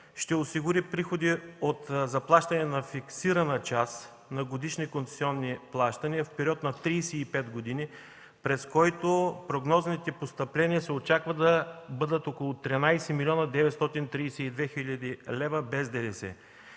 ще осигури приходи от заплащане на фиксирана част на годишни концесионни плащания в период на 35 години, през който прогнозните постъпления се очаква да бъдат около 13 млн. 932 хил. лв. без ДДС,